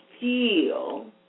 feel